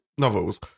Novels